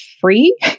free